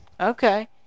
okay